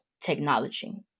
technology